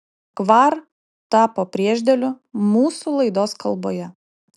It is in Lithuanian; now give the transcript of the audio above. kvar tapo priešdėliu mūsų laidos kalboje